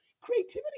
Creativity